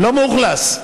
לא מאוכלס.